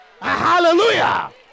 Hallelujah